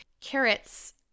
carrots